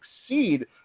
succeed